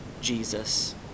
Jesus